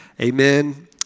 Amen